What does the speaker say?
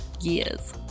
years